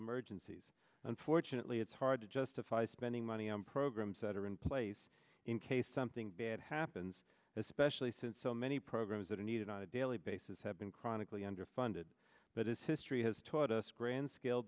emergencies unfortunately it's hard to justify spending money on programs that are in place in case something bad happens especially since so many programs that are needed on a daily basis have been chronically underfunded but as history has taught us grand scale